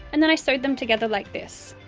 and then i sewed them together like this.